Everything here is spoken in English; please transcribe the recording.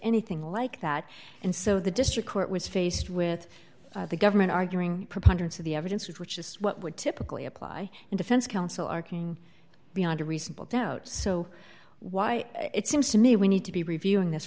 anything like that and so the district court was faced with the government arguing preponderance of the evidence which is what would typically apply in defense counsel arguing beyond a reasonable doubt so why it seems to me we need to be reviewing this